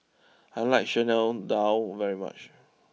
I like Chana Dal very much